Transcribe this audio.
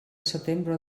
setembre